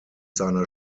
seiner